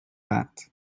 that